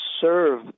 serve